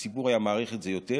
הציבור היה מעריך את זה יותר,